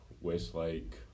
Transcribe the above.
Westlake